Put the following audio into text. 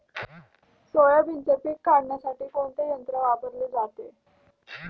सोयाबीनचे पीक काढण्यासाठी कोणते यंत्र वापरले जाते?